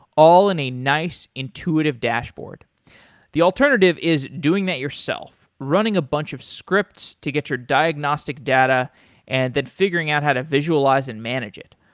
all in a nice intuitive dashboard the alternative is doing that yourself running a bunch of scripts to get your diagnostic data and then figuring out how to visualize and manage it.